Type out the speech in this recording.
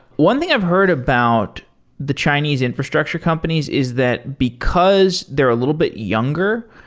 one thing i've heard about the chinese infrastructure companies is that because they're a little bit younger,